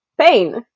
pain